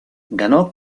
ganó